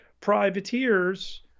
privateers